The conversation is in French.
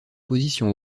position